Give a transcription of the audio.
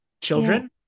children